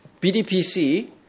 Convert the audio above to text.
BDPC